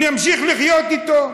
נמשיך לחיות איתו.